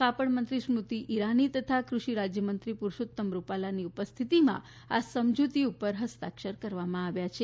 કાપડ મંત્રી સ્મૃતી ઊરાની તથા કૃષિ રાજ્યમંત્રી પુરૂષોત્તમ રૂપાલાની ઉપસ્થિતિમાં આ સમજુતી ઉપર હસ્તાક્ષર કરવામાં આવ્યા છે